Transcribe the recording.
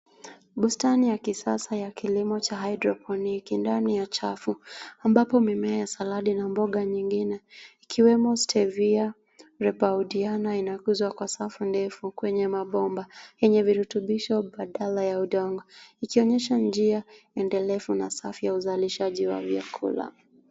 Bustani ya kisasa ya kilimo cha hydroponiki ndani ya chafu, ambapo mimea ya saladi na mboga nyingine ikiwemo Stevia rebaudiana inakuzwa kwa safu ndefu kwenye mabomba enye virutubisho badala ya udongo ikionyesha njia endelefu na safi ya uzalishaji wa vyakula.